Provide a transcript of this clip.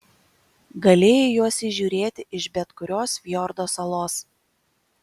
galėjai juos įžiūrėti iš bet kurios fjordo salos